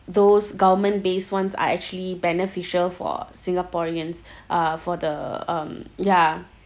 those government based ones are actually beneficial for singaporeans uh for the um ya